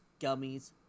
gummies